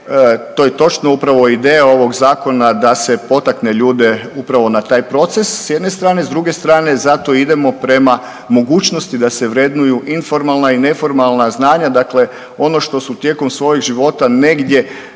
To je točno. Upravo ideja ovog Zakona da se potakne ljude upravo na taj proces, s jedne strane, s druge strane, zato idemo prema mogućnosti da se vrednuju i formalna i neformalna znanja, dakle ono što su tijekom svojih života negdje